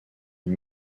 une